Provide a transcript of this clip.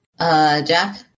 Jack